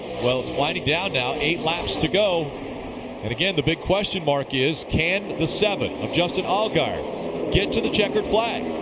winding down now. eight laps to go and, again, the big question mark is can the seven of justin allgaier get to the checkered flag?